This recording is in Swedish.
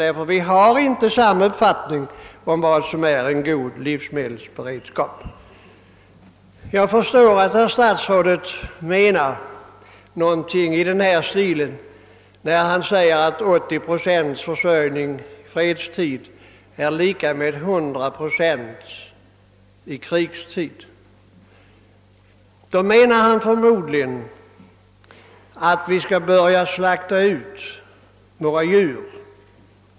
Vi har inte samma uppfattning om vad som är en god livsmedelsberedskap. När statsrådet säger att en 80-procentig försörjning under fredstid är lika med en 100-procentig i krigstid menar han förmodligen att vi skall börja slakta ut våra djur.